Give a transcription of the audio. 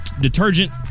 detergent